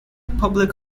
public